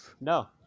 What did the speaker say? No